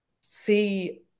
see